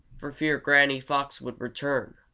for fear granny fox would return.